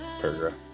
paragraph